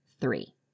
three